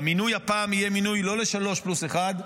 והמינוי הפעם יהיה מינוי לא לשלוש פלוס אחת,